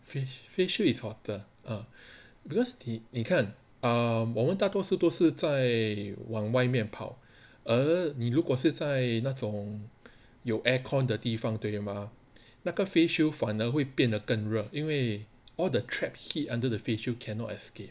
face shield is hotter ah because 你看我们大多数是在往外面跑而你如果是在那种有 air con 的地方对吗那个 face shield 反而会变成更热因为 all the trapped heat under the face shield cannot escape